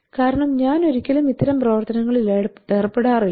കാരണം ഞാൻ ഒരിക്കലും ഇത്തരം പ്രവർത്തനങ്ങളിൽ ഏർപ്പെടാറില്ല